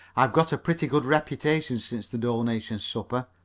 i've got a pretty good reputation since the donation supper,